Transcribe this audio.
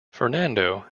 fernando